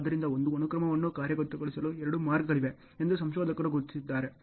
ಆದ್ದರಿಂದ ಒಂದು ಅನುಕ್ರಮವನ್ನು ಕಾರ್ಯಗತಗೊಳಿಸಲು ಎರಡು ಮಾರ್ಗಗಳಿವೆ ಎಂದು ಸಂಶೋಧಕರು ಗುರುತಿಸಿದ್ದಾರೆ